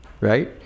right